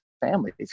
families